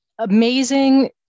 Amazing